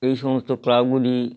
এই সমস্ত ক্লাবগুলি